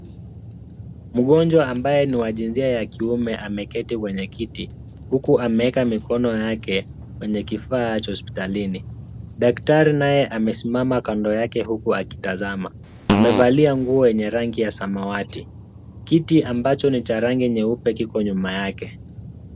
Mgonjwa ambaye ni wa jinsia ya kiume ameketi kwenye kiti, huku ameweka mikono yake kwenye kifaa cha hospitalini. Daktari naye amesimama kando yake huku akitazama. Amevalia nguo yenye rangi ya samawati. Kiti ambacho ni cha rangi nyeupe kiko nyuma yake.